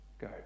go